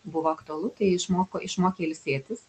buvo aktualu tai išmoko išmokė ilsėtis